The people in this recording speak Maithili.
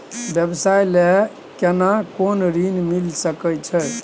व्यवसाय ले केना कोन ऋन मिल सके छै?